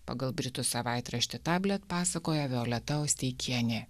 pagal britų savaitraštį tablet pasakoja violeta austeikienė